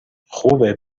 خوبه